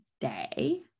day